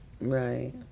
Right